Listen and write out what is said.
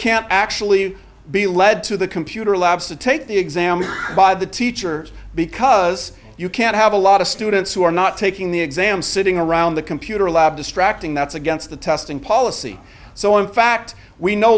can't actually be led to the computer labs to take the exam by the teacher because you can't have a lot of students who are not taking the exam sitting around the computer lab distracting that's against the testing policy so in fact we no